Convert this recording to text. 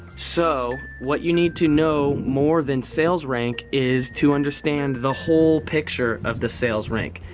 so what you need to know more than sales rank is to understand the whole picture of the sales rank.